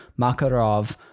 Makarov